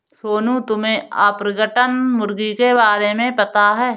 सोनू, तुम्हे ऑर्पिंगटन मुर्गी के बारे में पता है?